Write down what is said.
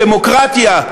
דמוקרטיה,